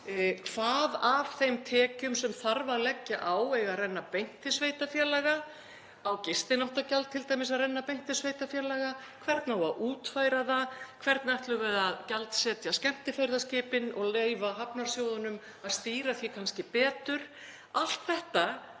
hvað af þeim tekjum sem þarf að leggja á eigi að renna beint til sveitarfélaga. Á gistináttagjald t.d. að renna beint til sveitarfélaga? Hvernig á að útfæra það? Hvernig ætlum við að gjaldsetja skemmtiferðaskipin og leyfa hafnarsjóðunum að stýra því kannski betur?